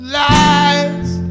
lies